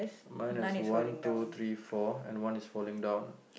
mine has one two three four and one is falling down